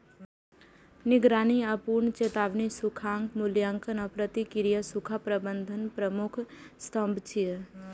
निगरानी आ पूर्व चेतावनी, सूखाक मूल्यांकन आ प्रतिक्रिया सूखा प्रबंधनक प्रमुख स्तंभ छियै